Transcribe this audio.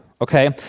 okay